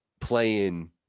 playing